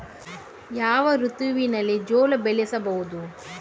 ಯಾವ ಋತುವಿನಲ್ಲಿ ಜೋಳ ಬೆಳೆಸಬಹುದು?